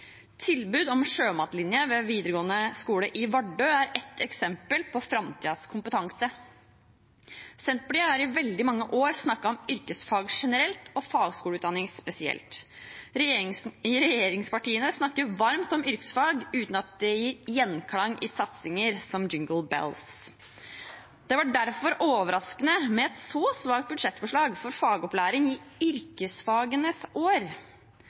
Tilbud om sjømatlinje ved Vardø videregående skole er et eksempel på framtidens kompetanse. Senterpartiet har i veldig mange år snakket om yrkesfag generelt og fagskoleutdanning spesielt. Regjeringspartiene snakker varmt om yrkesfag uten at det gir gjenklang som jingle bells i satsinger. Det var derfor overraskende med et så svakt budsjettforslag for fagopplæring i yrkesfagenes år.